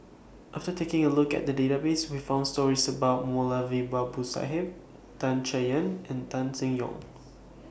after taking A Look At The Database We found stories about Moulavi Babu Sahib Tan Chay Yan and Tan Seng Yong